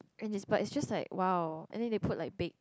and it's but is just like !wow! and then they put like bac~